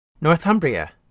Northumbria